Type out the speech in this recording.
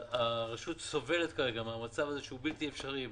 הרשות סובלת כרגע מהמצב הזה שהוא בלתי אפשרי,